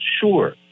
sure